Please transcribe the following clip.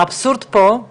האבסורד פה הוא